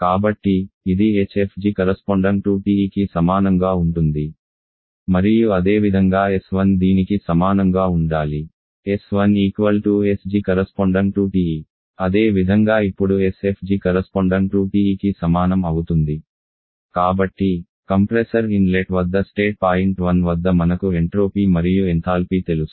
కాబట్టి ఇది దీనికి సమానంగా ఉంటుంది hfg|TE మరియు అదేవిధంగా s1 దీనికి సమానంగా ఉండాలి s1 sg అదే విధంగా ఇప్పుడు అవుతుంది sfg|TE కాబట్టి కంప్రెసర్ ఇన్లెట్ వద్ద స్టేట్ పాయింట్ 1 వద్ద మనకు ఎంట్రోపీ మరియు ఎంథాల్పీ తెలుసు